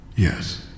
Yes